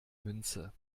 münze